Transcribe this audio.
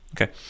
Okay